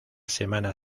semana